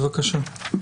בבקשה.